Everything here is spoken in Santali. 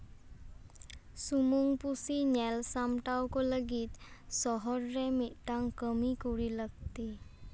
ᱥᱩᱢᱩᱝ ᱯᱩᱥᱤ ᱧᱮᱞ ᱥᱟᱢᱴᱟᱣ ᱠᱚ ᱞᱟᱹᱜᱤᱫ ᱥᱚᱦᱚᱨ ᱨᱮ ᱢᱤᱫᱴᱟᱝ ᱠᱟᱹᱢᱤ ᱠᱩᱲᱤ ᱞᱟᱹᱠᱛᱤ